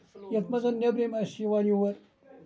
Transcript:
یِتھ منٛز نیٚبرِم أسۍ یوان یِور